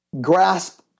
grasp